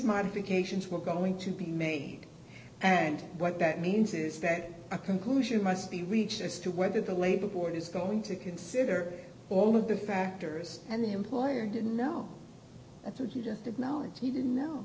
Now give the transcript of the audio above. big ations were going to be made and what that means is that a conclusion must be reached as to whether the labor board is going to consider all of the factors and the employer didn't know that's what he just did knowledge he didn't know